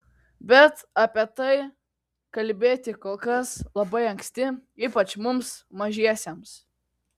bet apie tai kalbėti kol kas labai anksti ypač mums mažiesiems